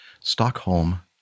Stockholm